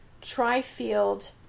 tri-field